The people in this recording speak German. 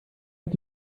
hat